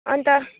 अन्त